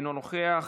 אינו נוכח,